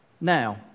Now